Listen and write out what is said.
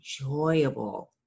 enjoyable